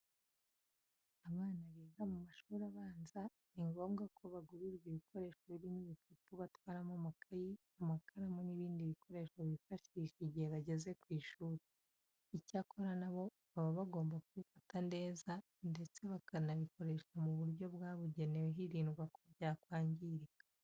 Abana biga mu mashuri abanza ni ngombwa ko bagurirwa ibikoresho birimo ibikapu batwaramo amakayi, amakaramu n'ibindi bikoresho bifashisha igihe bageze ku ishuri. Icyakora na bo, baba bagomba kubifata neza ndetse bakanabikoresha mu buryo bwabugenewe hirindwa ko byakwangirika.